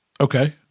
Okay